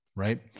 Right